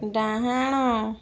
ଡାହାଣ